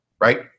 right